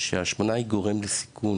שההשמנה היא גורם לסיכון,